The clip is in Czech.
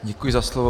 Děkuji za slovo.